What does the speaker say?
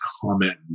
comment